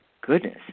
goodness